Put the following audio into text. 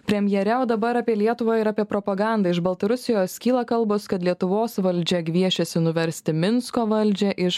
premjere o dabar apie lietuvą ir apie propagandą iš baltarusijos kyla kalbos kad lietuvos valdžia gviešėsi nuversti minsko valdžią iš